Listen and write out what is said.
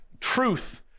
truth